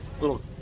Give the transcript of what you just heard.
little